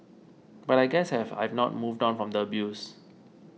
but I guess I have I've not moved on from the abuse